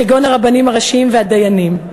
כגון הרבנים הראשיים והדיינים.